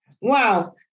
wow